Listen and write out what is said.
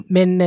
Men